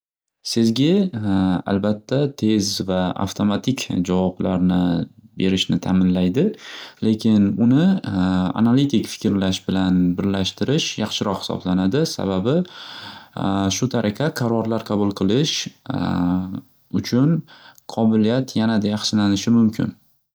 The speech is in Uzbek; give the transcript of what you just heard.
Sezgi albatta tez va avtomatik javoblarni berishni ta'minlaydi. Lekin uni analitik fikrlash bilan birlashtirish yaxshiroq hisoblanadi, sababi shu tariqa qarorlar qabul qilish uchun qobiliyat yanada yaxshilanishi mumkin.